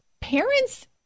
parents